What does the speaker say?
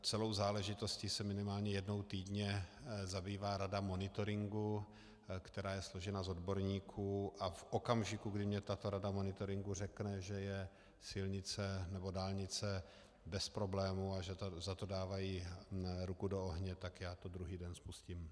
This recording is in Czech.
Celou záležitostí se minimálně jednou týdně zabývá Rada monitoringu, která je složena z odborníků a v okamžiku, kdy mě tato Rada monitoringu řekne, že je silnice nebo dálnice bez problému a že za to dávají ruku do ohně, tak to druhý den spustím.